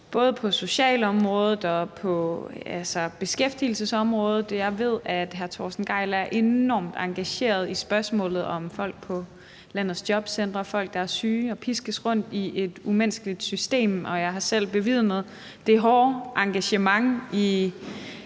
både socialområdet og på beskæftigelsesområdet. Jeg ved, at hr. Torsten Gejl er enormt engageret i spørgsmålet om folk på landets jobcentre, altså folk, der er syge og piskes rundt i et umenneskeligt system. Jeg har selv bevidnet det hårde engagement i